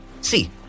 See